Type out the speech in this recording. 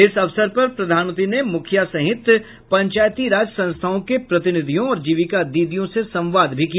इस अवसर पर प्रधानमंत्री ने मुखिया सहित पंचायती राज संस्थाओं के प्रतिनिधियों और जीविका दीदियों से संवाद किया